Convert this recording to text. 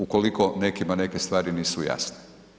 Ukoliko nekima neke stvari nisu jasne.